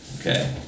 Okay